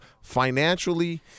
financially